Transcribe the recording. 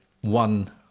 one